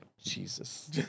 Jesus